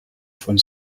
von